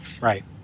Right